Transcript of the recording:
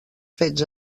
fets